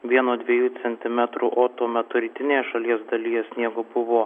vieno dviejų centimetrų o tuo metu rytinėje šalies dalyje sniego buvo